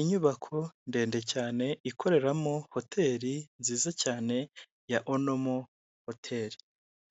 Inyubako ndende cyane ikoreramo hoteli nziza cyane ya Onomo hoteli